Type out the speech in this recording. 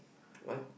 what